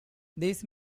these